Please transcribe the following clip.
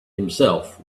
himself